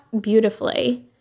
beautifully